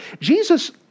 Jesus